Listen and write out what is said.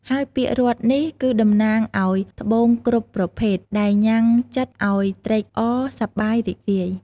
ហើយពាក្យរតន៍នេះ គឺតំណាងឲ្យត្បូងគ្រប់ប្រភេទ ដែលញ៉ាំងចិត្តឲ្យត្រេកអរសប្បាយ រីករាយ។